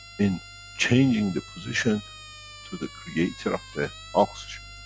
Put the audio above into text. in changing the position to the creator of the oxygen.